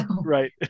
Right